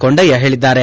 ಕೊಂಡಯ್ಕ ಹೇಳಿದ್ದಾರೆ